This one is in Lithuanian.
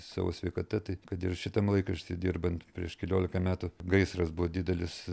savo sveikata tai kad ir šitam laikrašty dirbant prieš keliolika metų gaisras buvo didelis